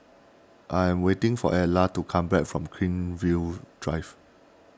I am waiting for Edla to come back from Greenfield Drive